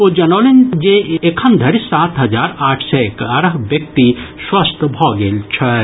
ओ जनौलनि जे एखनधरि सात हजार आठ सय एगारह व्यक्ति स्वस्थ भऽ गेल छथि